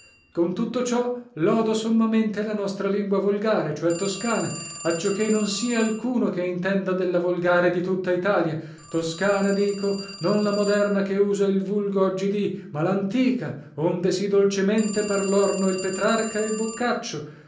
con tutto ciò lodo sommamente la nostra lingua volgare cioè toscana accioché non sia alcuno che intenda della volgare di tutta italia toscana dico non la moderna che usa il vulgo oggidì ma lantica onde sì dolcemente parlorno il petrarca e il boccaccio